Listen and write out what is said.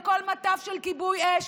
על כל מטף של כיבוי אש,